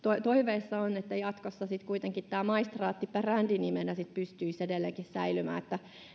toiveissa on että jatkossa kuitenkin maistraatti brändinimenä pystyisi edelleenkin säilymään